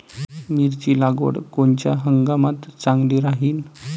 मिरची लागवड कोनच्या हंगामात चांगली राहीन?